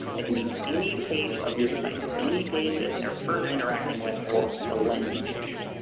they can be any page of your site, any page that they are first interacting with, or the landing page.